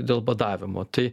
dėl badavimo tai